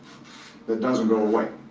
but doesn't go away.